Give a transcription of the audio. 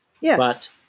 Yes